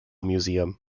museum